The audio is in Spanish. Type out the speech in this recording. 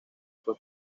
fue